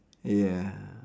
ya